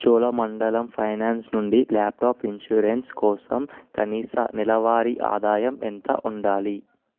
Cholamandalam finance నుండి laptop insurance కోసం కనీస నెలవారి ఆదాయం ఎంత ఉండాలి